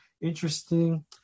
interesting